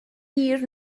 hir